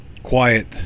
quiet